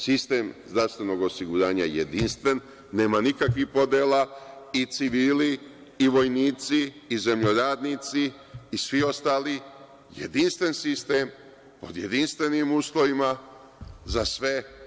Sistem zdravstvenog osiguranja jedinstven, nema nikakvih podela i civili i vojnici i zemljoradnici i svi ostali, jedinstven sistem pod jedinstvenim uslovima za sve.